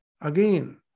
again